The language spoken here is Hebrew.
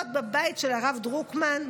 להיות בבית של הרב דרוקמן,